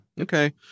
Okay